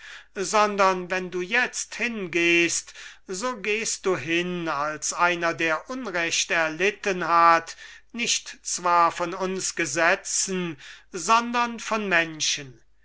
sondern wenn du jetzt hingehst so gehst du hin als einer der unrecht erlitten hat nicht zwar von uns gesetzen sondern von menschen